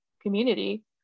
community